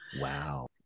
Wow